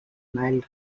nile